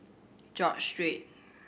George Street